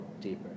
deeper